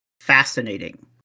fascinating